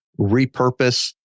repurpose